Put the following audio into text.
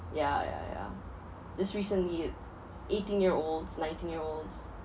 ya ya ya just recently eighteen year olds nineteen year olds